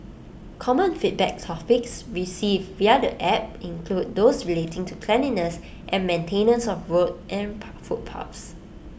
common feedback topics received via the app include those relating to cleanliness and maintenance of roads and footpaths